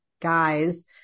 guys